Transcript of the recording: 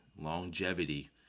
longevity